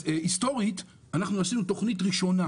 אז היסטורית אנחנו עשינו תוכנית ראשונה,